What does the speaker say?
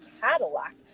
Cadillac